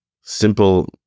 simple